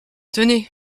tenez